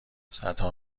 صدها